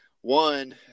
one